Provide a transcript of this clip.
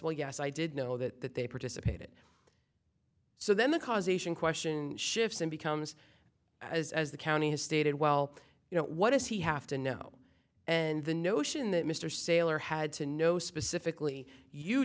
well yes i did know that that they participated so then the causation question shifts and becomes as as the county has stated well you know what does he have to know and the notion that mr saylor had to know specifically you